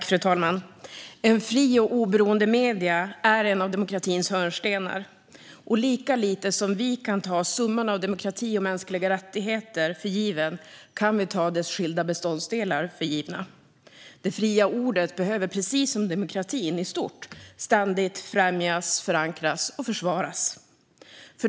Fru talman! Fria och oberoende medier är en av demokratins hörnstenar. Lika lite som vi kan ta summan av demokrati och mänskliga rättigheter för given kan vi ta dess skilda beståndsdelar för givna. Det fria ordet behöver precis som demokratin i stort ständigt främjas, förankras och försvaras.